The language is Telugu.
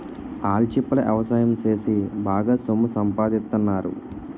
ఆల్చిప్పల ఎవసాయం సేసి బాగా సొమ్ము సంపాదిత్తన్నారు